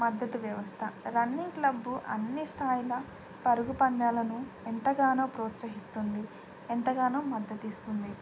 మద్దతు వ్యవస్థ running club అన్ని స్థాయిల పరుగు పందాలను ఎంతగానో ప్రోత్సహిస్తుంది ఎంతగానో మద్దతిస్తుంది